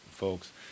folks